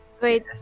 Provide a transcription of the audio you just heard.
Wait